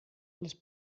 les